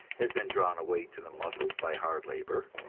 has been drawn away to the muscles by hard labor